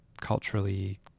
culturally